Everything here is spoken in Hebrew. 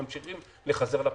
ממשיכים לחזר על הפתחים.